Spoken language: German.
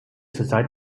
zurzeit